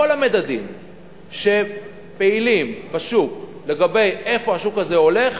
המדדים שפעילים בשוק לגבי איפה השוק הזה הולך,